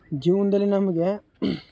ಜೀವನದಲ್ಲಿ ನಮಗೆ